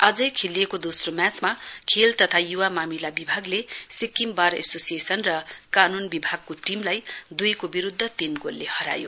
आजै खेलिएको दोस्रो म्याचमा खेल तथा य्वा मामिला विभागले सिक्किम बार एसोसिएसन र कानुन विभागको टीमलाई दुईको विरूद्व तीन गोलले हरायो